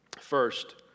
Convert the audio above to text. First